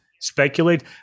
speculate